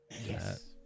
yes